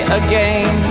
again